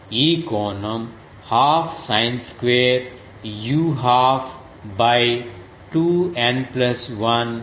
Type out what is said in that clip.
ఈ కోణం half sine square u 1 2 2 N 1 whole square తో సమానం